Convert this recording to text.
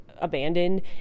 Abandoned